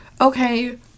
okay